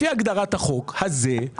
לפי הגדרת החוק הזה,